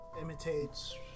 imitates